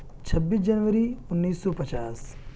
چھبیس جنوری انیس سو پچاس